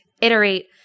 iterate